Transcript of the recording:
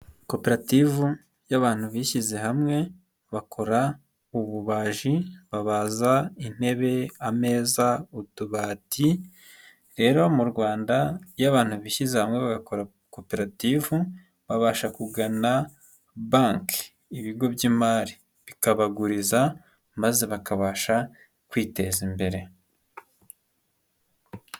Koperative y'abantu bishyize hamwe bakora ububaji babaza intebe, ameza, utubati, rero mu Rwanda iyo abantu bishyize hamwe bagakora koperative, babasha kugana banki, ibigo by'imari bikabaguriza maze bakabasha kwiteza imbere.